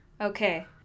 Okay